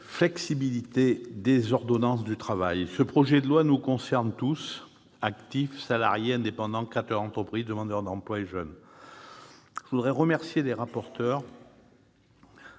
flexibilité » des ordonnances Travail. Ce projet de loi nous concerne tous, actifs, salariés, indépendants, créateurs d'entreprise, demandeurs d'emploi et jeunes. Je voudrais remercier les rapporteurs,